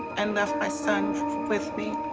and left my son with me,